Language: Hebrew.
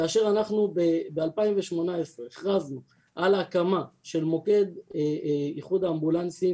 כאשר אנחנו ב-2018 הכרזנו על הקמה של מוקד איחוד האמבולנסים